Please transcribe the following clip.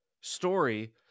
story